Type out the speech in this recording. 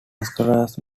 massacres